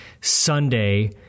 Sunday